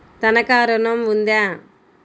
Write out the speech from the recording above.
తనఖా ఋణం ఉందా?